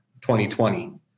2020